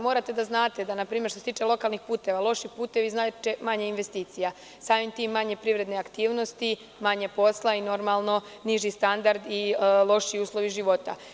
Morate da znate da, na primer, što se tiče lokalnih puteva, loši putevi znače manje investicija, samim tim manje privredne aktivnosti, manje posla i niži standard i lošiji uslovi života.